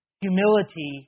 Humility